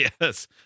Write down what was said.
Yes